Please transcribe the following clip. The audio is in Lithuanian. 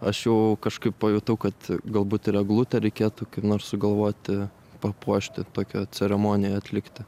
aš jau kažkaip pajutau kad galbūt ir eglutę reikėtų kaip nors sugalvoti papuošti tokią ceremoniją atlikti